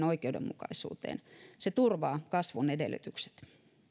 oikeudenmukaisuuteen se turvaa kasvun edellytykset